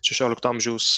šešiolikto amžiaus